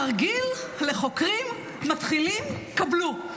תרגיל לחוקרים מתחילים, קבלו: